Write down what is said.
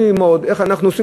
איך אנחנו גומרים ללמוד,